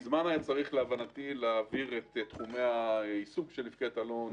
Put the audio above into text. מזמן היה צריך להעביר את תחומי העיסוק של מפקדת אלון,